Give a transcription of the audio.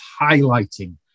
highlighting